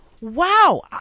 wow